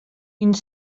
une